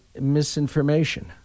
misinformation